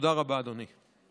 תודה רבה, אדוני.